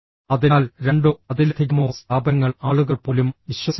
അതിനാൽ രണ്ടോ അതിലധികമോ സ്ഥാപനങ്ങൾ ആളുകൾ പോലും വിശ്വസിക്കുന്നു